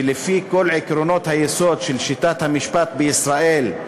ולפי כל עקרונות היסוד של שיטת המשפט בישראל,